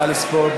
נא לספור.